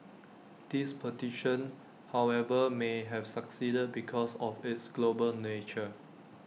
this petition however may have succeeded because of its global nature